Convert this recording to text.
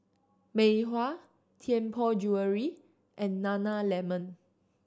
Mei Hua Tianpo Jewellery and Nana Lemon